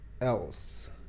else